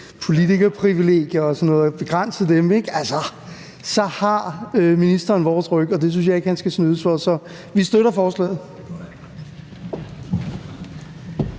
politikerprivilegier og sådan noget og begrænse dem, så har ministeren vores ryg, og det synes jeg ikke han skal snydes for. Så vi støtter forslaget.